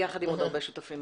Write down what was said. יחד עם עוד הרבה שותפים.